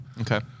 Okay